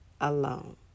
alone